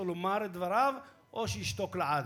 ובאמת,